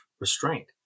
restraint